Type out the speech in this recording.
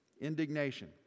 indignation